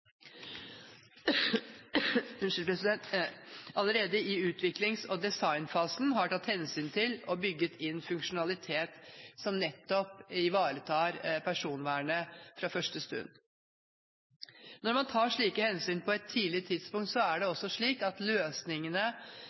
og designfasen har tatt hensyn til og bygget inn funksjonalitet som ivaretar personvernet fra første stund. Når man tar slike hensyn på et tidlig tidspunkt,